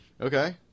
Okay